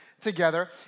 together